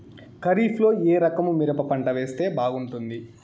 ఖరీఫ్ లో ఏ రకము మిరప పంట వేస్తే బాగుంటుంది